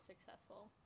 successful